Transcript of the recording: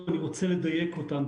אני רוצה לדייק אותם.